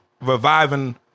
reviving